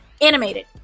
animated